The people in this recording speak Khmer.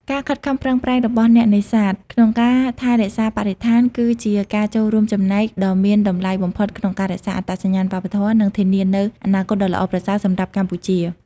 ការខិតខំប្រឹងប្រែងរបស់អ្នកនេសាទ ក្នុងការថែរក្សាបរិស្ថាន គឺជាការចូលរួមចំណែកដ៏មានតម្លៃបំផុតក្នុងការរក្សាអត្តសញ្ញាណវប្បធម៌ និងធានានូវអនាគតដ៏ល្អប្រសើរសម្រាប់កម្ពុជា។